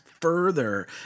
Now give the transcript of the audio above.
further